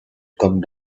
come